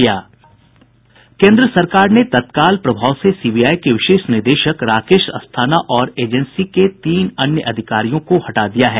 केन्द्र सरकार ने तत्काल प्रभाव से सीबीआई के विशेष निदेशक राकेश अस्थाना और एजेंसी के तीन अन्य अधिकारियों को हटा दिया है